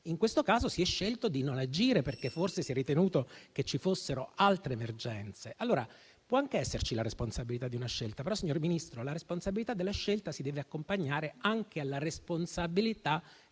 In questo caso si è scelto di non agire, perché forse si è ritenuto che ci fossero altre emergenze. Può anche esserci la responsabilità di una scelta, però, signor Ministro, la responsabilità della decisione si deve accompagnare anche alla responsabilità